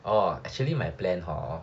orh actually my plan hor